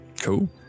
Cool